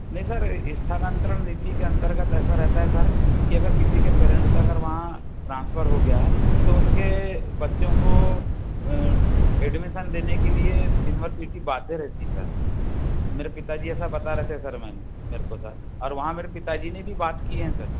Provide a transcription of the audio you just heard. नहीं सर ये स्थानांतरण नीति के अंतर्गत ऐसा रहता है सर की अगर किसी के पेरेंट्स अगर वहाँ ट्रांसफर हो गया है तो उनके बच्चों को ऐडमिशन देने के लिए यूनिवर्सिटी बाध्य रहती है सर मेरे पिता जी ऐसा बता रहे थे सर मैंने मेरे को सर और वहाँ मेरे पिता जी ने भी बात की हैं सर